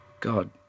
God